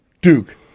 duke